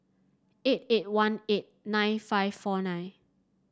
eight eight one eight nine five four nine